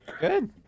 Good